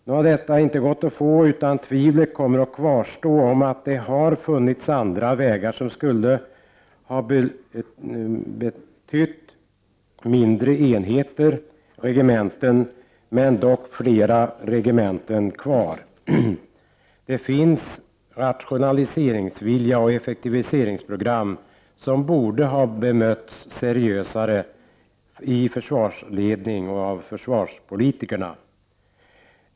Nu har inte detta gått, utan tvivlet kvarstår om att det funnits andra vägar, som skulle ha betytt mindre enheter — regementen — men dock att flera regementen varit kvar. Det finns rationaliseringsvilja och effektiviseringsprogram som borde ha bemötts seriösare av försvarsledning och försvarspolitiker.